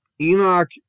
Enoch